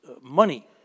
money